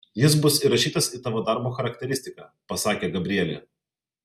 jis bus įrašytas į tavo darbo charakteristiką pasakė gabrielė